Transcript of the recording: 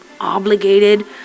obligated